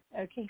Okay